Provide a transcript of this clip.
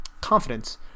confidence